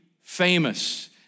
famous